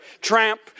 Tramp